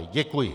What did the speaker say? Děkuji.